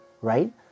right